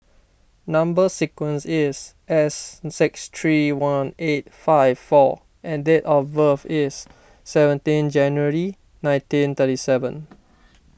Number Sequence is S six three one eight five four and date of birth is seventeen January nineteen thirty seven